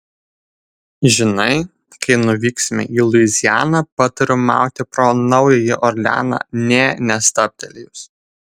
žinai kai nuvyksime į luizianą patariu mauti pro naująjį orleaną nė nestabtelėjus